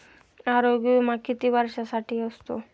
आरोग्य विमा किती वर्षांसाठी असतो?